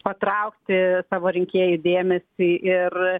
patraukti savo rinkėjų dėmesį ir